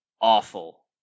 awful